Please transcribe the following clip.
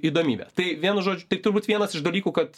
įdomybe tai vienu žodžiu tai turbūt vienas iš dalykų kad